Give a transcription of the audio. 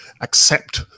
accept